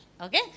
Okay